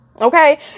okay